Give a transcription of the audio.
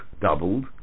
doubled